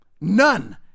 None